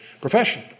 profession